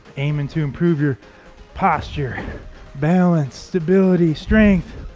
aiming to improve your posture balance stability strength